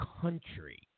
country